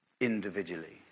individually